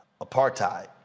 Apartheid